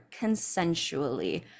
consensually